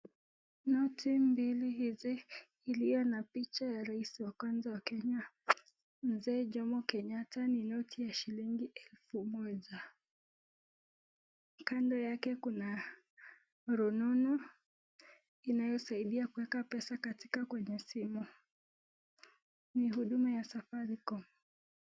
Noti hizi mbili iliyo na picha ya rais wa kwanza wa kenya mzee Jomo Kenyatta ni noti ya shilingi elfu moja, kando yake kuna rununu inayosaidia kuweka pesa katika kwenye simu. Ni huduma ya Safaricom.